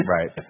Right